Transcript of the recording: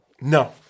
No